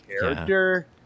character